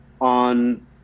on